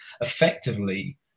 effectively